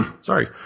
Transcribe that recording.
Sorry